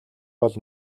бол